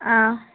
ആ